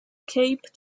cape